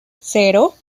cero